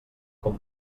com